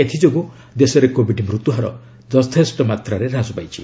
ଏଥିଯୋଗୁଁ ଦେଶରେ କୋବିଡ୍ ମୃତ୍ୟୁହାର ଯଥେଷ୍ଟ ମାତ୍ରାରେ ହ୍ରାସ ପାଇଛି